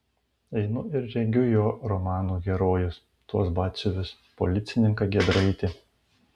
einu ir regiu jo romanų herojus tuos batsiuvius policininką giedraitį